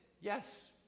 yes